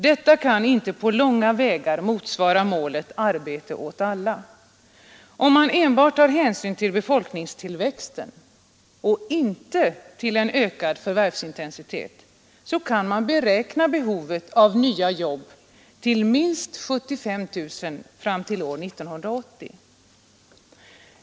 Detta kan inte på långa vägar motsvara målet ”arbete åt alla”, Om man enbart tar hänsyn till befolkningstillväxten, och inte till en ökad förvärvsintensitet, kan man beräkna behovet av nya arbeten till minst 75 000 fram till år 1980.